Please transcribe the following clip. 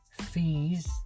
fees